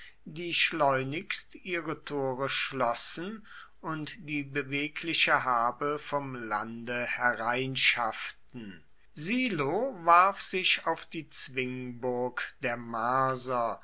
die schleunigst ihre tore schlossen und die bewegliche habe vom lande hereinschafften silo warf sich auf die zwingburg der marser